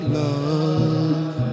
love